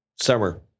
Summer